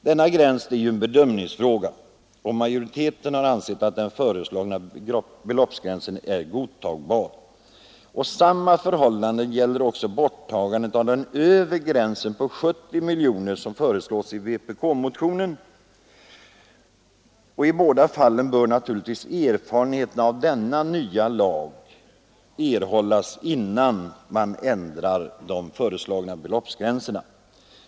Detta är en bedömningsfråga och majoriteten i utskottet har ansett att den föreslagna beloppsgränsen är godtagbar. Detsamma gäller också borttagandet av den övre gränsen, som föreslås i vpk-motionen. I båda fallen bör naturligtvis erfarenheter av den nya lagen erhållas innan de föreslagna beloppsgränserna ändras.